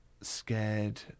scared